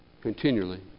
continually